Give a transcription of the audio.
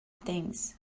things